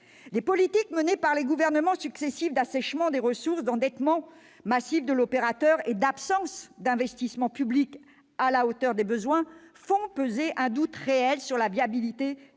Les politiques, menées les gouvernements successifs, d'assèchement des ressources, d'endettement massif de l'opérateur et d'absence d'investissement public à la hauteur des besoins font peser un doute réel sur la viabilité